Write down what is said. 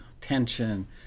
tension